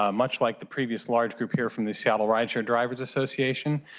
ah much like the previous large group here from the seattle roger drivers association,